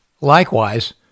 Likewise